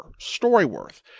StoryWorth